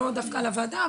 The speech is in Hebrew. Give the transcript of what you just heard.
לא דווקא על הוועדה,